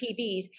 PBs